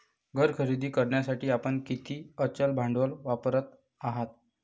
घर खरेदी करण्यासाठी आपण किती अचल भांडवल वापरत आहात?